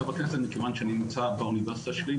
בכנסת מכיוון שאני נמצא באוניברסיטה שלי,